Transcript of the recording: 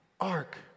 ark